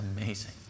amazing